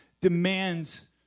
demands